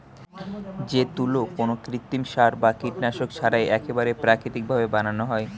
যে তুলো কোনো কৃত্রিম সার বা কীটনাশক ছাড়াই একেবারে প্রাকৃতিক ভাবে বানানো হয়